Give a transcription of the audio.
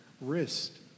wrist